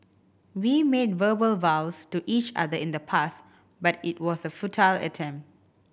we made verbal vows to each other in the past but it was a futile attempt